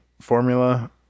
formula